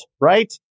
right